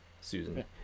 susan